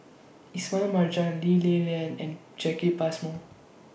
Ismail Marjan Lee Li Lian and Jacki Passmore